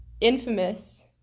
infamous